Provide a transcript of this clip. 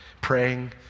praying